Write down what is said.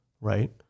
right